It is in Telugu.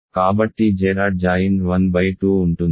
కాబట్టి Z అడ్ జాయిన్డ్ 1 2 ఉంటుంది